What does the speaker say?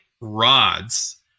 rods